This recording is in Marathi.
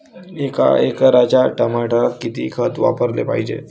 एका एकराच्या टमाटरात किती खत वापराले पायजे?